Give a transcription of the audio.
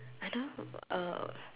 I don't know uh